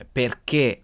perché